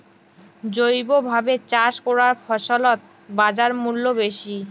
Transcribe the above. জৈবভাবে চাষ করা ফছলত বাজারমূল্য বেশি